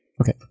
Okay